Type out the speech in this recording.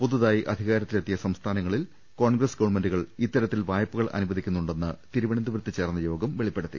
പുതിയ തായി അധികാരത്തിലെത്തിയ സംസ്ഥാനങ്ങളിൽ കോൺഗ്രസ് ഗവൺമെന്റുകൾ ഇത്തരത്തിൽ വായ്പകൾ അനുവദിക്കുന്നുണ്ടെന്ന് തിരുവനന്തപുരത്ത്ചേർന്ന യോഗം വെളിപ്പെടുത്തി